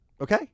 Okay